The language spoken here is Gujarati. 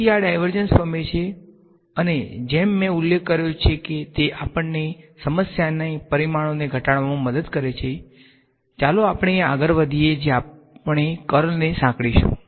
તેથી આ ડાયવર્જન્સ પ્રમેય છે અને જેમ મેં ઉલ્લેખ કર્યો છે કે તે આપણને સમસ્યાની પરિમાણોંને ઘટાડવામાં મદદ કરે છે ચાલો આપણે આગળ વધીએ જે આપણે કર્લને સાંકળીશું